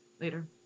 later